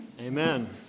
Amen